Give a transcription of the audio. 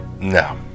no